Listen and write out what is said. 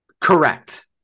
Correct